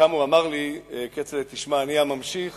שם הוא אמר לי: כצל'ה, תשמע, אני הממשיך